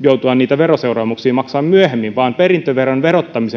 joutua niitä veroseuraamuksia maksamaan myöhemmin perintöveron